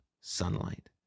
sunlight